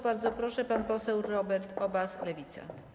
Bardzo proszę, pan poseł Robert Obaz, Lewica.